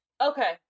Okay